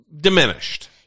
diminished